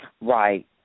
Right